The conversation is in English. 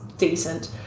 Decent